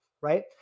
right